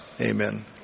Amen